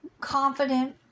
Confident